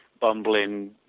bumbling